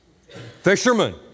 Fisherman